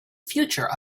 future